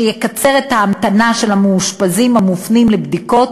שיקצר את ההמתנה של המאושפזים המופנים לבדיקות